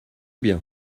bien